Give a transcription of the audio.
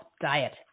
diet